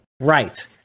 Right